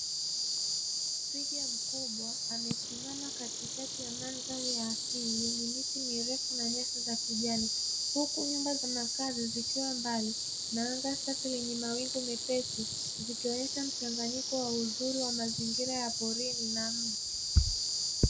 Mteja mkubwa amesimama katikati ya mandhari ya asili, yenye miti mirefu na nyasi za kijani, huku nyumba za makazi zikiwa mbali na anga safi lenye mawingu mepesi, zikionyesha mchanganyiko wa uzuri wa mazingira ya porini na mji.